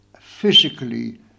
physically